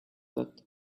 that